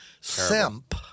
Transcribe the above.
simp